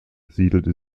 siedelte